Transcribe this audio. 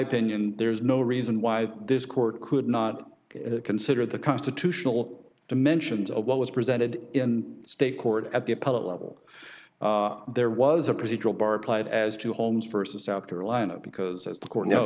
opinion there is no reason why this court could not consider the constitutional dimensions of what was presented in state court at the appellate level there was a procedural bar applied as to holmes versus south carolina because as the court know